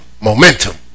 Momentum